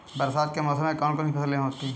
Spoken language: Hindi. बरसात के मौसम में कौन कौन सी फसलें होती हैं?